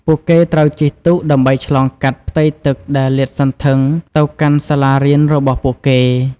ពួកគេត្រូវជិះទូកដើម្បីឆ្លងកាត់ផ្ទៃទឹកដែលលាតសន្ធឹងទៅកាន់សាលារៀនរបស់ពួកគេ។